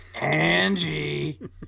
Angie